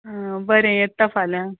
आं बरें येता फाल्यां